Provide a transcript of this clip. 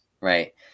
right